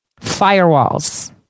firewalls